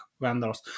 vendors